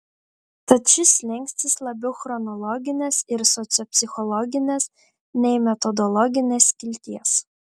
tad šis slenkstis labiau chronologinės ir sociopsichologinės nei metodologinės kilties